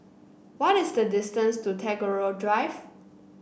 what is the distance to Tagore Drive